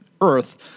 earth